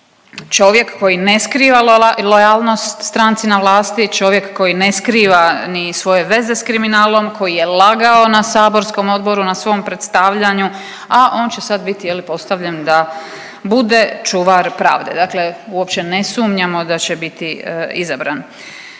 Čovjek koji ne skriva lojalnost stranci na vlasti. Čovjek koji ne skriva ni svoje veze s kriminalom, koji je lagao na saborskom odboru na svom predstavljanju, a on će sad biti jel postavljen da bude čuvar pravde. Dakle, uopće ne sumnjamo da će biti izabran.